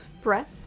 breath